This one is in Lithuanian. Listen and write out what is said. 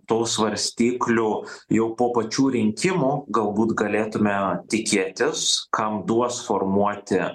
tų svarstyklių jau po pačių rinkimų galbūt galėtume tikėtis kam duos formuoti